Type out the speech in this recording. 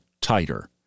tighter